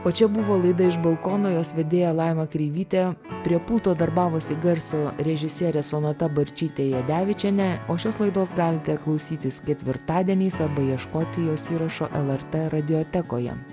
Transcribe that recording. o čia buvo laida iš balkono jos vedėja laima kreivytė prie pulto darbavosi garso režisierė sonata barčytė jadevičienė o šios laidos galite klausytis ketvirtadieniais arba ieškoti jos įrašo lrt radiotekoje